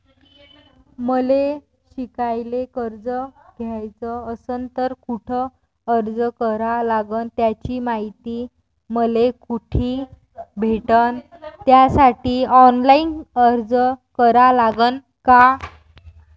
मले शिकायले कर्ज घ्याच असन तर कुठ अर्ज करा लागन त्याची मायती मले कुठी भेटन त्यासाठी ऑनलाईन अर्ज करा लागन का?